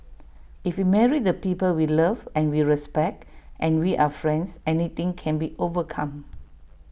if we marry the people we love and we respect and we are friends anything can be overcome